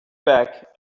back